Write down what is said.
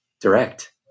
direct